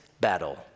battle